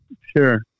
Sure